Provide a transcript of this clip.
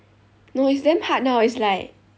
no it's damn hard now it's like